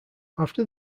after